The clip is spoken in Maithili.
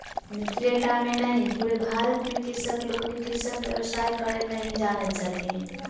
मिथिले टा मे नहि पूरे भारत मे कृषक लोकनि कृषिक व्यवसाय करय नहि जानैत छथि